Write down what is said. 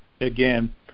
Again